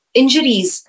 injuries